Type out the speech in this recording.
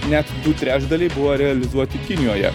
net du trečdaliai buvo realizuoti kinijoje